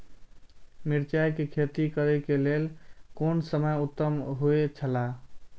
मिरचाई के खेती करे के लेल कोन समय उत्तम हुए छला?